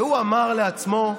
והוא אמר לעצמו: